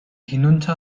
hinunter